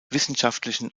wissenschaftlichen